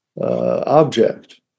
object